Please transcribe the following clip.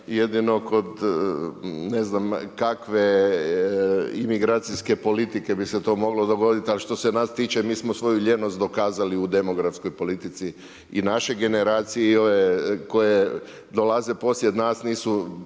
jedino kod ne znam kakve imigracijske politike bi se to moglo dogoditi. Ali što se nas tiče mi smo svoju lijenost dokazali u demografskoj politici i naše generacije koje dolaze poslije nas nisu